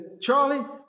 Charlie